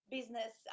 business